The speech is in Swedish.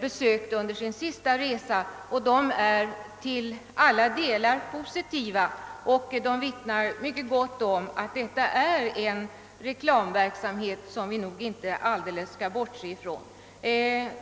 besökte under sin senaste resa. Dessa rapporter är till alla delar positiva och vittnar om att det här är fråga om en reklamverksamhet som vi inte helt bör bortse ifrån.